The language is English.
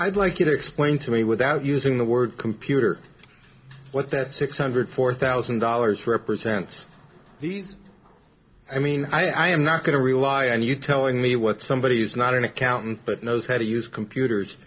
i'd like you to explain to me without using the word computer what that six hundred four thousand dollars represents these i mean i am not going to rely on you telling me what somebody who's not an accountant but knows how to use computers